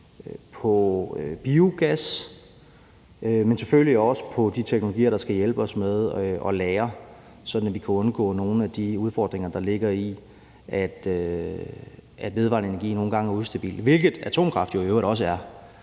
på biogas, men selvfølgelig også på de teknologier, der skal hjælpe os med at lagre, sådan at vi kan undgå nogle af de udfordringer, der ligger i, at vedvarende energi nogle gange er ustabilt, hvilket atomkraft jo i øvrigt også er.